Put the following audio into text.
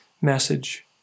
message